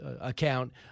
account